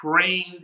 trained